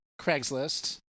Craigslist